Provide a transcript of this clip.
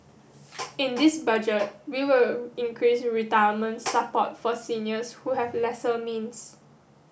in this budget we will increase retirement support for seniors who have lesser means